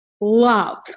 love